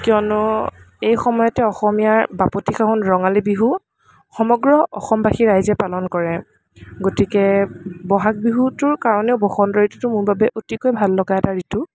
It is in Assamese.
কিয়নো এই সময়তে অসমীয়াৰ বাপতিসাহন ৰঙালী বিহু সমগ্ৰ অসমবাসী ৰাইজে পালন কৰে গতিকে বহাগ বিহুটোৰ কাৰণেও বসন্ত ঋতুটো মোৰ বাবে অতিকৈ ভাললগা এটা ঋতু